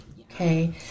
Okay